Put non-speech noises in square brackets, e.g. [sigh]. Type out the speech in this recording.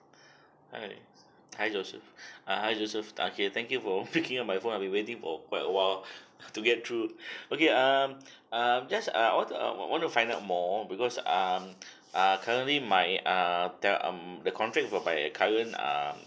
hi hi joseph [breath] uh hi joseph okay thank you for picking [laughs] up my phone we waiting for quite a while [breath] to get through [breath] okay um I'm just uh I want to uh want want to find out more because um uh currently my err tel~ um the contract whereby a current um